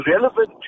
relevant